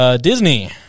Disney